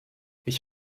ich